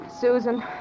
Susan